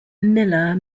miller